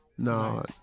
No